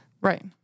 right